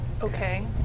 Okay